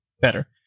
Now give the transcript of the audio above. better